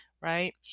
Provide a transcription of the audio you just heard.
right